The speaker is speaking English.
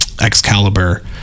Excalibur